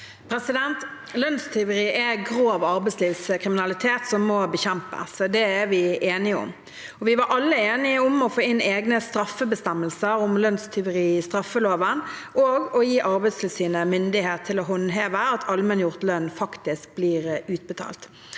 Lønnstyve- ri er grov arbeidslivskriminalitet som må bekjempes. Det er vi enige om. Vi var alle enige om å få inn egne straffebestemmelser om lønnstyveri i straffeloven og å gi Arbeidstilsynet myndighet til å håndheve at allmenngjort lønn faktisk blir utbetalt.